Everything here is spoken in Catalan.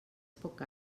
poc